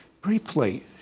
Briefly